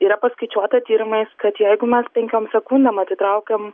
yra paskaičiuota tyrimais kad jeigu mes penkiom sekundėm atitraukiam